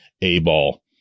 A-ball